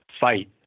fight